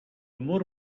mur